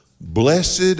Blessed